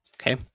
Okay